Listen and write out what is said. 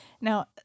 now